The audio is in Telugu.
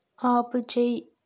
ఆపుచేయి